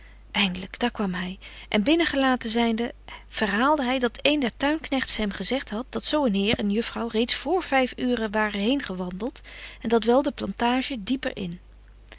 eindlyk daar kwam hy en binnen gelaten zynde verhaalde hy dat een der tuinknegts hem gezegt hadt dat zo een heer en juffrouw reeds voor vyf uuren waren heen gewandelt en dat wel de plantage dieper in